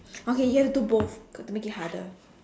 okay you have to do both got to make it harder